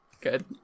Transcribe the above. Good